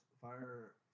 fire